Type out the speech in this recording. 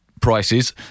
prices